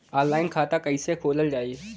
Online खाता कईसे खोलल जाई?